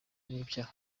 ry’ibyaha